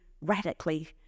radically